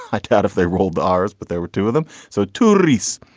i doubt if they rolled the r's, but there were two of them. so tuileries.